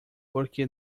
porque